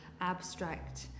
abstract